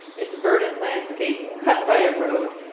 its verdant landscape cut by a road,